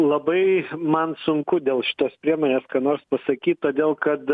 labai man sunku dėl šitos priemonės ką nors pasakyt todėl kad